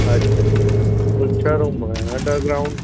अच्छा पोइ छह रुम अंडरग्राउंड